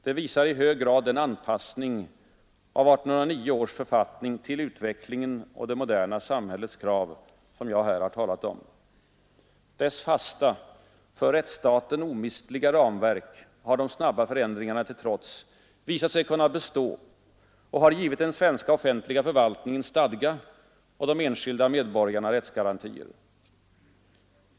Det visar i hög grad den anpassning av 1809 års författning till utvecklingens och det moderna samhällets krav, som jag tidigare talat om. Dess fasta, för rättsstaten omistliga ramverk har de snabba förändringarna till trots visat sig kunna bestå och har givit den svenska offentliga förvaltningen stadga och de enskilda medborgarna rättsgarantier.